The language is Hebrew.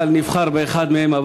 אבל נבחר באחד מהם.